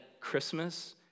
Christmas